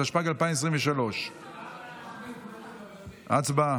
התשפ"ג 2023. יושבים?